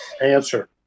answer